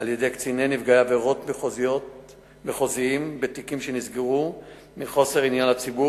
על-ידי קציני נפגעי עבירות מחוזיים בתיקים שנסגרו מחוסר עניין לציבור